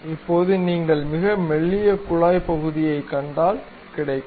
இப்போது நீங்கள் மிக மெல்லிய குழாய் பகுதியைக் கண்டால் கிடைக்கும்